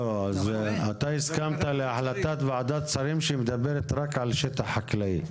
אתה הסכמת להחלטת ועדת שרים שמדברת רק על שטח חקלאי.